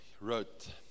wrote